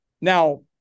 now